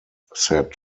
said